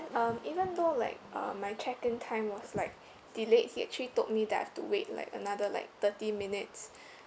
um even though like uh my check in time was like delayed he actually told me that I have to wait like another like thirty minutes